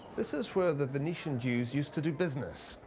this is where the venetian jews used to do business.